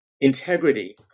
integrity